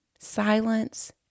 silence